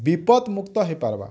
ବିପଦ ମୁକ୍ତ ହେଇପାର୍ବା